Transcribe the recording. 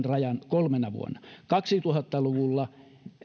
rajan kolmena vuonna kaksituhatta luvulla